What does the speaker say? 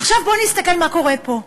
עכשיו, בואו נסתכל מה קורה פה.